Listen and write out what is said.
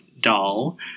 doll